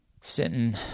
sitting